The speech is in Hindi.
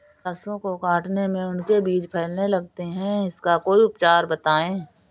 सरसो को काटने में उनके बीज फैलने लगते हैं इसका कोई उपचार बताएं?